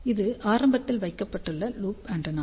இது ஆரம்பத்தில் வைக்கப்பட்டுள்ள லூப் ஆண்டெனா